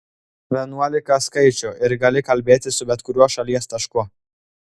vienuolika skaičių ir gali kalbėti su bet kuriuo šalies tašku